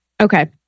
okay